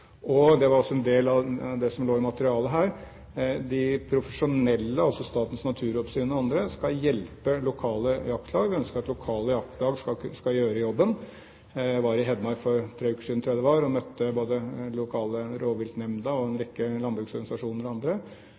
uttak. Det var også en del av det som lå i materialet her. De profesjonelle, altså Statens naturoppsyn og andre, skal hjelpe lokale jaktlag, vi ønsker at lokale jaktlag skal gjøre jobben. Jeg var i Hedmark, jeg tror det var for tre uker siden, og møtte den lokale rovviltnemnda, en rekke landbruksorganisasjoner og andre.